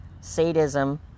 sadism